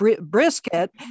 brisket